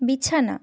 বিছানা